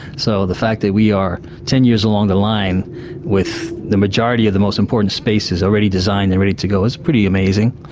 so the fact that we are ten years along the line with the majority of the most important spaces already designed and ready to go is pretty amazing,